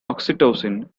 oxytocin